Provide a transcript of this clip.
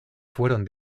fueron